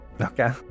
Okay